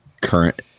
current